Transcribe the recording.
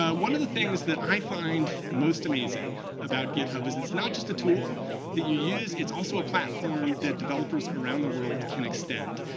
ah one of the things that i find most amazing about github is it's not just a tool that you use. it's also a platform that developers around the world can extend.